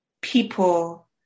people